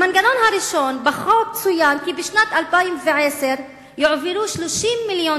המנגנון הראשון: בחוק צוין כי בשנת 2010 יעבירו 30 מיליון